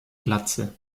glatze